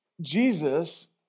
Jesus